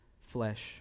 flesh